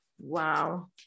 Wow